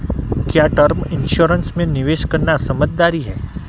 क्या term insurance में निवेश करना समझदारी है?